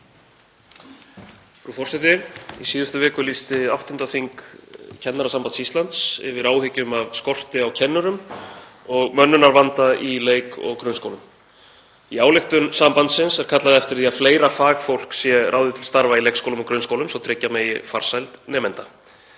Frú forseti. Í síðustu viku lýsti áttunda þing Kennarasambands Íslands yfir áhyggjum af skorti á kennurum og af mönnunarvanda í leik- og grunnskólum. Í ályktun sambandsins er kallað eftir því að fleira fagfólk sé ráðið til starfa í leikskólum og grunnskólum svo tryggja megi farsæld nemenda.